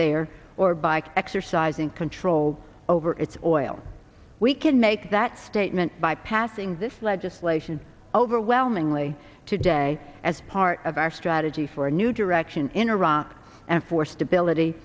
there or bike exercising control over its oil we can make that statement by passing this legislation overwhelmingly today as part of our strategy for a new direction in iraq and for stability